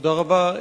תודה רבה.